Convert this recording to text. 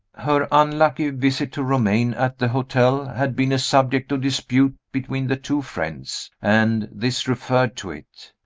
her unlucky visit to romayne at the hotel had been a subject of dispute between the two friends and this referred to it.